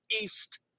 east